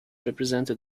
represented